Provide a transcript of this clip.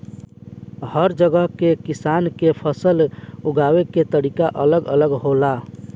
हर जगह के किसान के फसल उगावे के तरीका अलग अलग होला